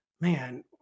man